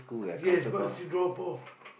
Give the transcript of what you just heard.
yes but she drop off